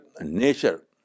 nature